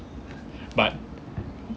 but